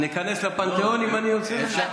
אני איכנס לפנתיאון אם אני אוציא אותה?